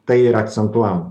tai yra akcentuojama